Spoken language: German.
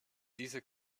diese